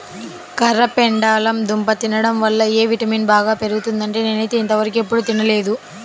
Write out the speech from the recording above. కర్రపెండలం దుంప తింటం వల్ల ఎ విటమిన్ బాగా పెరుగుద్దంట, నేనైతే ఇంతవరకెప్పుడు తినలేదు